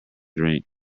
drink